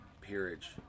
peerage